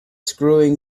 screwing